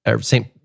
Saint